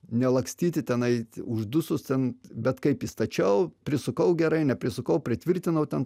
nelakstyti ten eit uždusus ten bet kaip įstačiau prisukau gerai neprisukau pritvirtinau ten